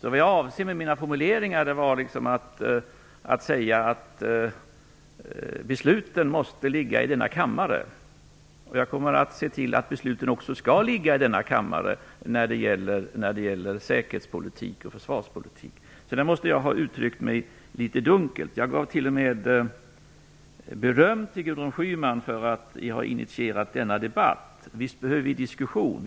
Vad jag avsåg med mina formuleringar var att besluten måste ligga i denna kammare. Jag kommer att se till att besluten också skall ligga i denna kammare när det gäller säkerhetspolitik och försvarspolitik. Där måste jag ha uttryckt mig litet dunkelt. Jag gav t.o.m. beröm till Gudrun Schyman för att ha initierat denna debatt. Visst behöver vi diskussion.